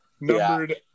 numbered